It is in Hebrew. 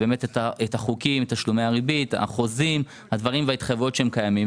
את החוזים ואת ההתחייבויות הקיימות.